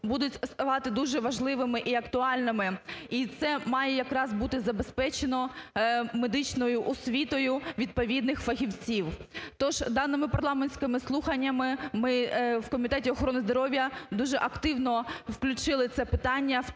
будуть ставати дуже важливими і актуальними, і це має якраз бути забезпечено медичною освітою відповідних фахівців. Тож даними парламентськими слуханнями ми в Комітеті охорони здоров'я дуже активно включили це питання в